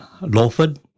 Lawford